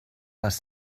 les